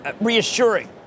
reassuring